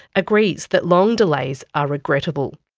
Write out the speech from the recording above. agrees that long delays are regrettable.